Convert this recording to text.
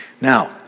Now